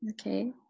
Okay